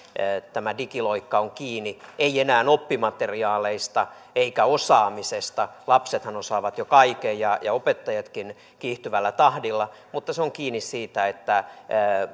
tämä digiloikka on kiinni ei enää oppimateriaaleista eikä osaamisesta lapsethan osaavat jo kaiken ja ja opettajatkin kiihtyvällä tahdilla vaan se on kiinni siitä että